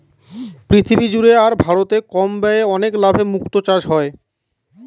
পৃথিবী জুড়ে আর ভারতে কম ব্যয়ে অনেক লাভে মুক্তো চাষ হয়